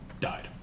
died